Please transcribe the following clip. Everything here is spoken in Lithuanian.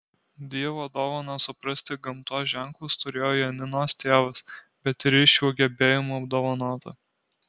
dievo dovaną suprasti gamtos ženklus turėjo janinos tėvas bet ir ji šiuo gebėjimu apdovanota